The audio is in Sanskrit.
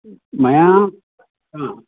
मया हा